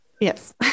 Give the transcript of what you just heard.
yes